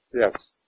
Yes